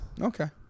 Okay